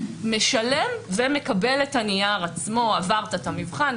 משלם ומקבל את הנייר עצמו עברת את המבחן,